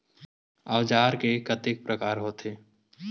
औजार के कतेक प्रकार होथे?